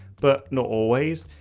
but not always,